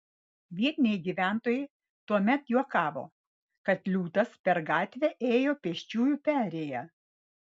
vietiniai gyventojai tuomet juokavo kad liūtas per gatvę ėjo pėsčiųjų perėja